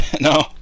No